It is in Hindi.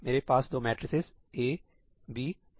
मेरे पास दो मेट्रिसेस A B हैं